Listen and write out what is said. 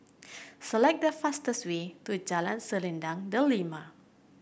select the fastest way to Jalan Selendang Delima